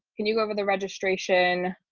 can you go over the registration?